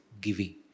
giving